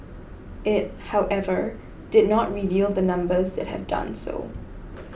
it however did not reveal the numbers that have done so